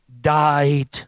died